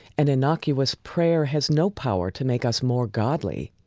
an innocuous prayer has no power to make us more godly.